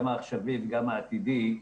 גם העכשווי וגם העתידי,